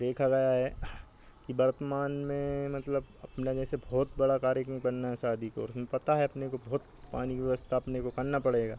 देखा गया है कि वर्तमान में मतलब अपना जैसे भहुत बड़ा कार्यक्रम करना है शादी काे और हमें पता है अपने को बहुत पानी की व्यवस्था अपने को करनी पड़ेगी